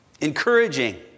Encouraging